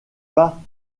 pas